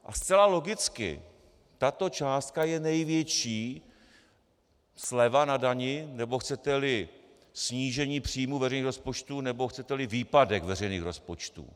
A zcela logicky tato částka je největší sleva na dani, nebo chceteli snížení příjmů veřejných rozpočtů, nebo chceteli výpadek veřejných rozpočtů.